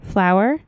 Flour